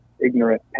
Ignorant